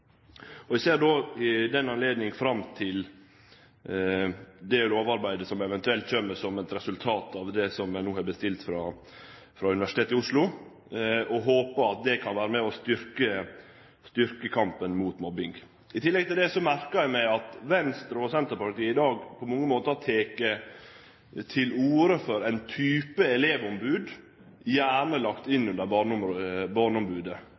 ser eg fram til det lovarbeidet som eventuelt kjem som eit resultat av det vi no har bestilt frå Universitetet i Oslo, og eg håper at det kan vere med og styrkje kampen mot mobbing. I tillegg til det merkar eg meg at Venstre og Senterpartiet i dag tek til orde for ein type elevombod, gjerne lagt inn under barneombodet.